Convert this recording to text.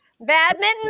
Badminton